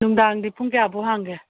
ꯅꯨꯡꯗꯥꯡꯗꯤ ꯄꯨꯟ ꯀꯌꯥꯐꯥꯎ ꯍꯥꯡꯒꯦ